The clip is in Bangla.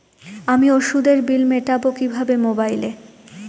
আমি ওষুধের বিল মেটাব কিভাবে মোবাইলে?